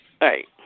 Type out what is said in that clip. Right